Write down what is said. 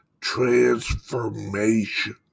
Transformation